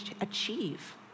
achieve